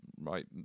right